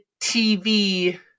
TV